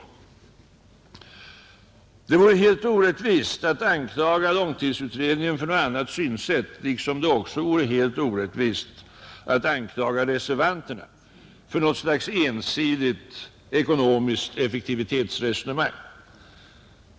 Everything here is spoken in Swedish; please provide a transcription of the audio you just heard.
Det vore helt orättvist att anklaga långtidsutredningen för något annat synsätt, liksom det också vore helt orättvist att anklaga reservanterna för något slags ensidigt ekonomiskt effektivitetsresonemang.